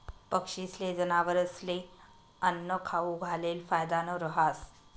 पक्षीस्ले, जनावरस्ले आन्नं खाऊ घालेल फायदानं रहास